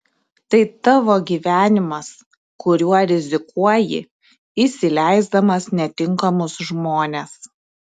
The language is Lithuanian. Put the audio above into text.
tai tavo gyvenimas kuriuo rizikuoji įsileisdamas netinkamus žmones